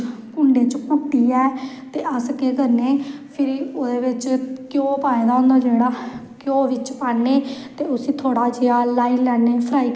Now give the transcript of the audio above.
मन्दरैं बिच्च शैल रोनकां लग्गी दियां होंदियां बसाखी मनादे शिवरात्री गी साढ़ै फिर शैल